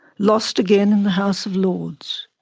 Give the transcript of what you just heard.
lost again in the house of lords.